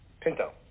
Pinto